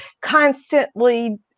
constantly